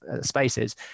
spaces